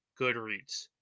goodreads